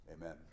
Amen